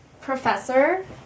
professor